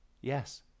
Yes